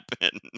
happen